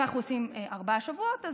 אם אנחנו עושים ארבעה שבועות,